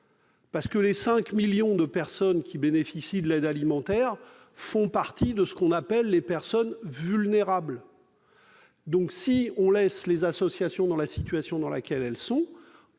sanitaire. Les 5 millions de bénéficiaires de l'aide alimentaire font partie de ceux que l'on appelle les personnes vulnérables. Si on laisse les associations dans la situation dans laquelle elles sont,